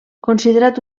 considerat